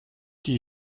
die